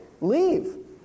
Leave